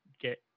get